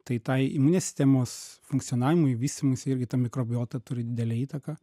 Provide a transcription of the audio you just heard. tai tai imunės sistemos funkcionavimui vystymuisi irgi ta mikrobiota turi didelę įtaką